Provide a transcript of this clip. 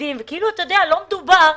וחס וחלילה הבעיה הזו לא תיפתר,